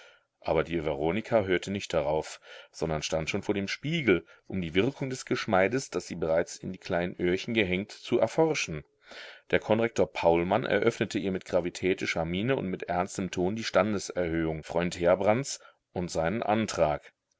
aber die veronika hörte nicht darauf sondern stand schon vor dem spiegel um die wirkung des geschmeides das sie bereits in die kleinen öhrchen gehängt zu erforschen der konrektor paulmann eröffnete ihr mit gravitätischer miene und mit ernstem ton die standeserhöhung freund heerbrands und seinen antrag